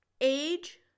age